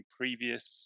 previous